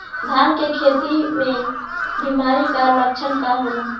धान के खेती में बिमारी का लक्षण का होला?